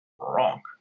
Wrong